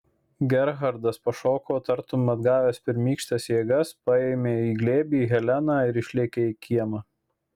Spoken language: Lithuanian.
gerhardas pašoko tartum atgavęs pirmykštes jėgas paėmė į glėbį heleną ir išlėkė į kiemą